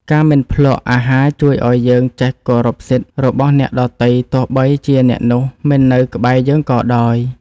ការមិនភ្លក្សអាហារជួយឱ្យយើងចេះគោរពសិទ្ធិរបស់អ្នកដទៃទោះបីជាអ្នកនោះមិននៅក្បែរយើងក៏ដោយ។